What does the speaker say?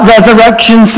Resurrection